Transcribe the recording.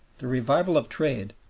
the revival of trade,